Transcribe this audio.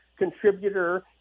contributor